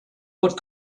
what